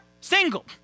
single